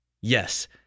Yes